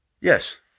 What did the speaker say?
Yes